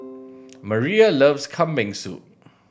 Maria loves Kambing Soup